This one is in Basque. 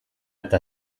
eta